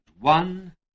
One